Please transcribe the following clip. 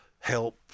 help